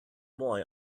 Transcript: boy